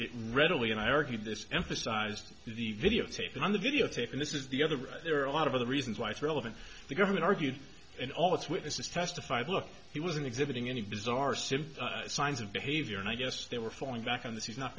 it readily and i argued this emphasized the videotape on the videotape and this is the other there are a lot of other reasons why it's relevant the government argued in all its witnesses testified look he wasn't exhibiting any bizarre simp signs of behavior and i guess they were falling back on that he's not